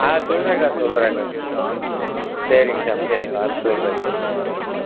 ஆ சொல்கிறேன்க்கா சொல்கிறேன்க்கா சரிங்க்கா சரிங்க்கா வந்து சொல்கிறேன் சொல்கிறேன் ஆ சரி